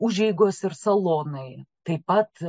užeigos ir salonai taip pat